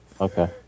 Okay